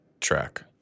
track